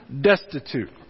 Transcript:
destitute